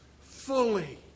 fully